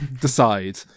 decide